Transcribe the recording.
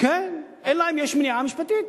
כן, אלא אם יש מניעה משפטית.